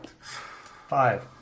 Five